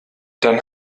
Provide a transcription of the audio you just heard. dann